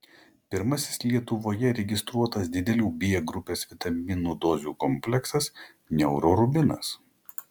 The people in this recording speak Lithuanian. pirmasis lietuvoje registruotas didelių b grupės vitaminų dozių kompleksas neurorubinas